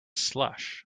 slush